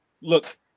Look